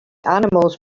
animals